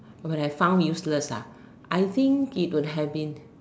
when I found useless ah I think it would have been